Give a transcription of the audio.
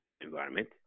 environment